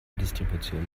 distribution